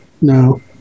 No